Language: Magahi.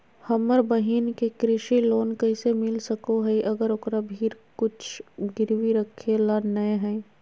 हमर बहिन के कृषि लोन कइसे मिल सको हइ, अगर ओकरा भीर कुछ गिरवी रखे ला नै हइ?